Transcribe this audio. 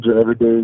everyday